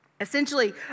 Essentially